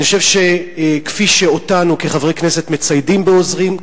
אני חושב שכפי שאותנו כחברי הכנסת מציידים בעוזרים,